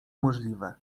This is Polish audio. możliwe